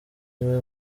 umwe